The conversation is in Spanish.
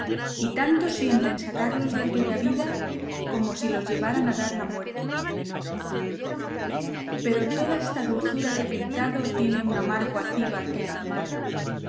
y tanto sienten sacarlos de aquella vida como si los llevaran a dar la muerte pero toda esta dulzura que he pintado tiene un amargo acíbar que la amarga